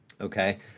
Okay